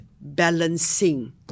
balancing